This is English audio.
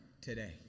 today